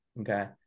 okay